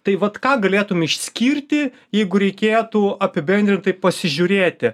tai vat ką galėtum išskirti jeigu reikėtų apibendrintai pasižiūrėti